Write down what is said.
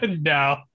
no